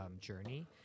journey